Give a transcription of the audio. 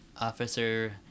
Officer